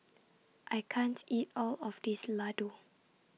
I can't eat All of This Ladoo